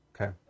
Okay